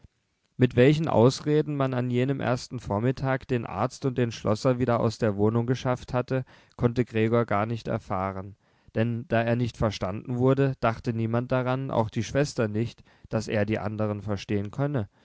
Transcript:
mit welchen ausreden man an jenem ersten vormittag den arzt und den schlosser wieder aus der wohnung geschafft hatte konnte gregor gar nicht erfahren denn da er nicht verstanden wurde dachte niemand daran auch die schwester nicht daß er die anderen verstehen könne